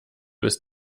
ist